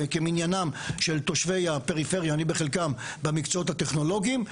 כמניינם של תושבי הפריפריה אני בחלקם במקצועות הטכנולוגיים.